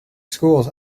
schools